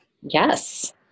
Yes